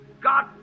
God